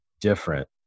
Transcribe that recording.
different